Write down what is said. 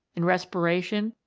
in respiration,